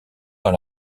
dans